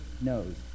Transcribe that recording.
knows